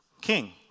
King